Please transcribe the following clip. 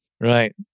Right